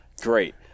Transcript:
great